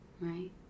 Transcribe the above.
Right